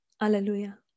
Hallelujah